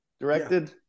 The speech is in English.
Directed